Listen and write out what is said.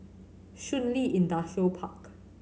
Shun Li Industrial Park